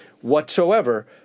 whatsoever